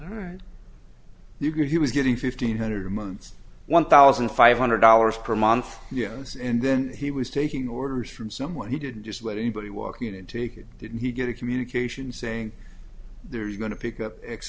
get he was getting fifteen hundred a month one thousand five hundred dollars per month yes and then he was taking orders from someone he didn't just let anybody walking in take it didn't he get a communication saying they're going to pick up x